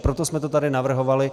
Proto jsme to tady navrhovali.